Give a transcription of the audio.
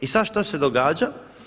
I sad što se događa?